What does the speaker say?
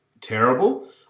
terrible